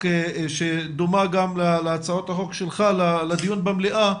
שדומה גם להצעות החוק שלך לדיון במליאה,